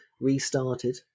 restarted